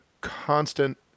constant